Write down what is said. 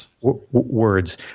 Words